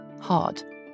hard